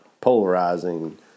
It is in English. polarizing